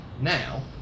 now